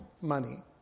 money